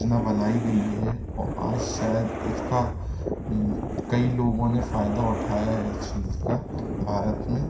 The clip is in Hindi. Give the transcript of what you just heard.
योजना बनाई गई है और आज शायद इसका कई लोगों ने फायदा उठाया है इस चीज का भारत में